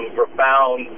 profound